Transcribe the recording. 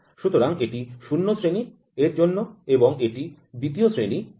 সুতরাং এটি ০ শ্রেণি এর জন্য এবং এটি ২ শ্রেণি এর জন্য